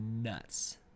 Nuts